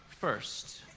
first